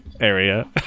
area